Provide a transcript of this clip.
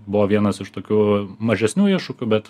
buvo vienas iš tokių mažesnių iššūkių bet